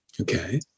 Okay